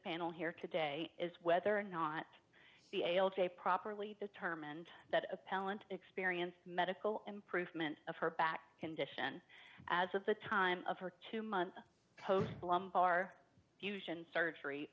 panel here today is whether or not the ale to a properly determined that appellant experienced medical improvement of her back condition as at the time of her two month post lumbar fusion surgery